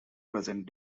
present